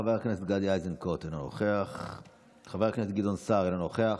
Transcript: חבר הכנסת גדי איזנקוט, אינו נוכח,